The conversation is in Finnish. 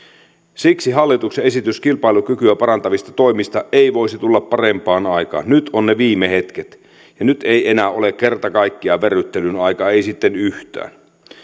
siksi hallituksen esitys kilpailukykyä parantavista toimista ei voisi tulla parempaan aikaan nyt ovat ne viime hetket ja nyt ei enää ole kerta kaikkiaan verryttelyn aika ei sitten yhtään